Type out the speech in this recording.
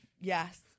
Yes